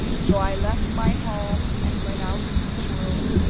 so i left my home, and went out into the world,